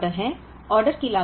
तो 7 ऑर्डर हैं